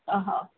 હ